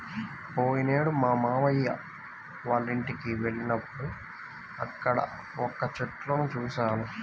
పోయినేడు మా మావయ్య వాళ్ళింటికి వెళ్ళినప్పుడు అక్కడ వక్క చెట్లను చూశాను